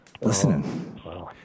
listening